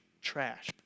trash